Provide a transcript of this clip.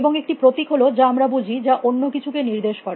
এবং একটি প্রতীক হল যা আমরা বুঝি যা অন্য কিছুকে নির্দেশ করে